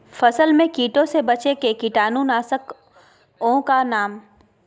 फसल में कीटों से बचे के कीटाणु नाशक ओं का नाम?